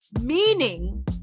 Meaning